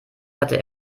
hatte